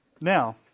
Now